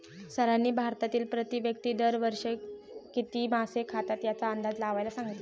सरांनी भारतातील प्रति व्यक्ती दर वर्षी किती मासे खातात याचा अंदाज लावायला सांगितले?